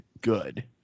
good